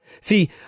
See